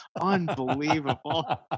Unbelievable